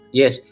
yes